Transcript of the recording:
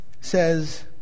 says